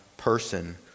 person